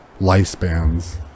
lifespans